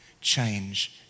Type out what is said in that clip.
change